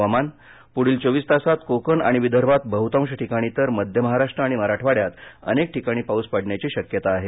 हवामान पुढील चोवीस तासात कोकण आणि विदर्भात बहुतांश ठिकाणी तर मध्य महाराष्ट्र आणि मराठवाड्यात अनेक ठिकाणी पाउस पडण्याची शक्यता आहे